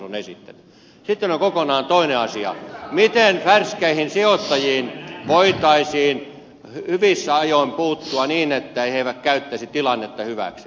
sitten on kokonaan toinen asia miten härskeihin sijoittajiin voitaisiin hyvissä ajoin puuttua niin että he eivät käyttäisi tilannetta hyväkseen